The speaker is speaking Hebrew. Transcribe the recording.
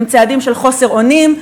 הם צעדים של חוסר אונים,